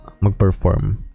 magperform